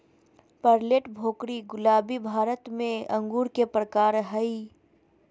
Perlette, भोकरी, गुलाबी भारत में अंगूर के प्रकार हय